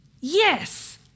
yes